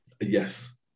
Yes